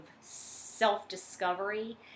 self-discovery